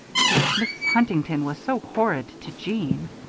since mrs. huntington was so horrid to jeanne.